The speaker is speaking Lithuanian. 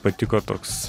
patiko toks